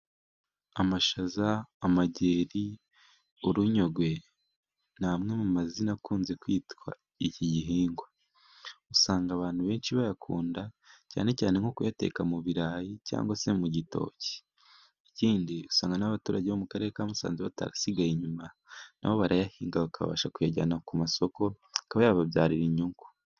Amashaza ,amageri ,urunyogwe ni amwe mu mazina akunze kwitwa . Iki gihingwa usanga abantu benshi bayakunda cyane cyane nko kuyateka mu birayi cyangwa se mu gitoki . Ikindi usanga n'abaturage bo mu karere ka Musanze batarasigaye inyuma, nabo barayahinga bakabasha kuyajyana ku masoko akaba yababyarira inyungu.